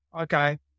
okay